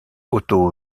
otto